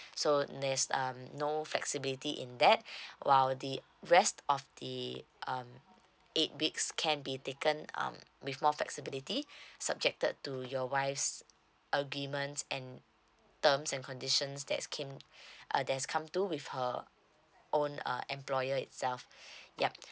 so there's um no flexibility in that while the rest of the um eight weeks can be taken um with more flexibility subjected to your wife's agreements and terms and conditions that came uh there's come to with her own uh employer itself yup